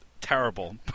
Terrible